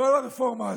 לא על הרפורמה הזאת,